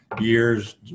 years